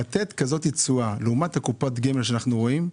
לתת כזאת תשואה לעומת קופות הגמל שאנחנו רואים,